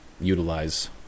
utilize